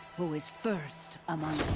who is first among.